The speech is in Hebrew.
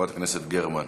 חברת הכנסת גרמן.